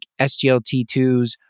SGLT2s